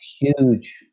huge